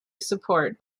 support